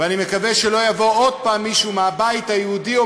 ואני מקווה שלא יבוא עוד פעם מישהו מהבית היהודי או